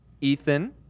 Ethan